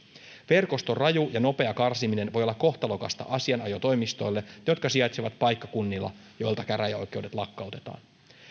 verkoston raju ja nopea karsiminen voi olla kohtalokasta asianajotoimistoille jotka sijaitsevat paikkakunnilla joilta käräjäoikeudet lakkautetaan